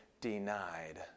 denied